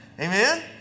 Amen